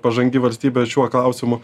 pažangi valstybė šiuo klausimu